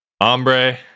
Hombre